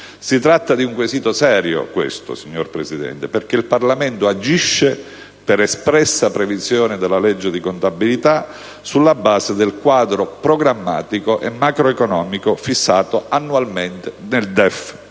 Si tratta di un quesito serio, signor Presidente, perché il Parlamento agisce per espressa previsione della legge di contabilità, sulla base del quadro programmatico e macroeconomico fissato annualmente nel DEF